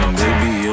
baby